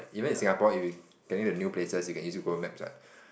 even in Singapore if you getting to new places you can still use Google Maps what